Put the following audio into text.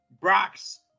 Brock's